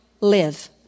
live